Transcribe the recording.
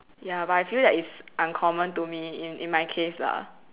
ya but I feel like it's uncommon to me in in in my case lah